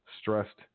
stressed